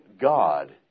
God